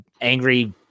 angry